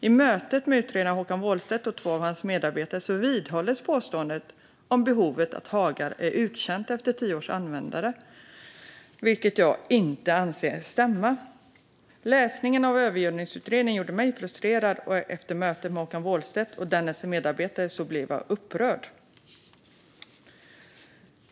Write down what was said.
I mötet med utredaren Håkan Wåhlstedt och två av hans medarbetare vidhålls påståendet om behovet att hagar är uttjänta efter tio års användande, vilket jag inte anser stämma. Läsningen av Övergödningsutredningens betänkande gjorde mig frustrerad, och efter mötet med Håkan Wåhlstedt och dennes medarbetare blev jag upprörd.